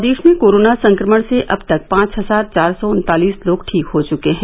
प्रदेश में कोरोना संक्रमण से अब तक पांच हजार चार सौ उन्तालीस लोग ठीक हो चुके हैं